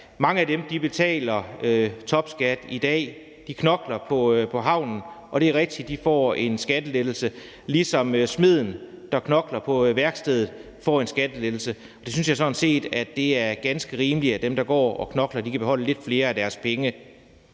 Mange af dem betaler topskat i dag. De knokler på havnen, og det er rigtigt, at de får en skattelettelse, ligesom smeden, der knokler på værkstedet, får en skattelettelse. Jeg synes sådan set, det er ganske rimeligt, at dem, der går og knokler, kan beholde lidt flere af deres penge.